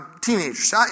teenagers